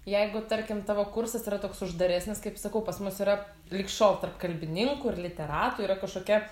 jeigu tarkim tavo kursas yra toks uždaresnis kaip sakau pas mus yra lig šiol tarp kalbininkų ir literatų yra kažkokia